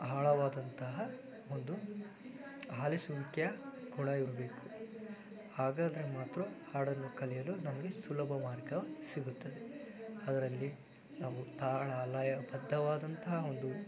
ಆಳವಾದಂತಹ ಒಂದು ಆಲಿಸುವಿಕೆಯ ಕೊಳ ಇರಬೇಕು ಹಾಗಾದ್ರೆ ಮಾತ್ರ ಹಾಡನ್ನು ಕಲಿಯಲು ನಮಗೆ ಸುಲಭ ಮಾರ್ಗ ಸಿಗುತ್ತದೆ ಅದರಲ್ಲಿ ನಾವು ತಾಳ ಲಯ ಬದ್ಧವಾದಂತಹ ಒಂದು